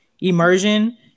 immersion